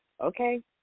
Okay